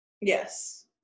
Yes